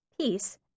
peace